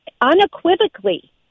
unequivocally